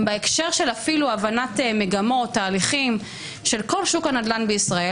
בהקשר של הבנת מגמות ותהליכים של כל שוק הנדל"ן בישראל.